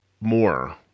more